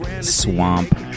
Swamp